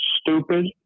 stupid